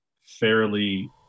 fairly